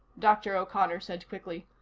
dr. o'connor said quickly.